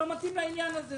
לא מתאים לעניין הזה,